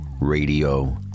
Radio